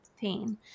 pain